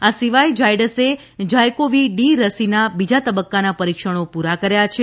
આ સિવાય ઝાયડસે ઝાયકોવિ ડી રસીના બીજા તબક્કાના પરીક્ષણો પૂરા કર્યા છે